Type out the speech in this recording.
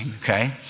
Okay